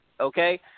okay